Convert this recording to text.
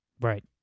Right